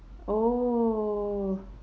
oh